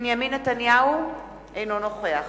בנימין נתניהו, אינו נוכח